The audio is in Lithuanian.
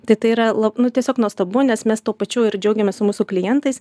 tai tai yra la nu tiesiog nuostabu nes mes tuo pačiu ir džiaugiamės mūsų klientais